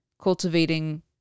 cultivating